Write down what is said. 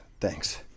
Thanks